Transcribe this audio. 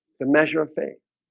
the measure of faith